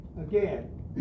again